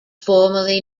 formerly